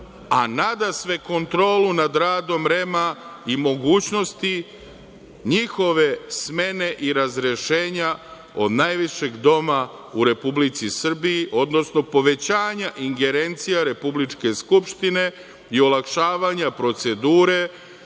a nadasve kontrolu nad radom REM i mogućnosti njihove smene i razrešenja od najvišeg doma u Republici Srbiji, odnosno povećanja ingerencija Republičke skupštine i olakšavanja procedure